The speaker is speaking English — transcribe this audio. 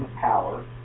power